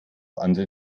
andere